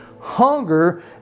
hunger